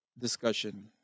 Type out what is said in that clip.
discussion